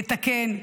לתקן,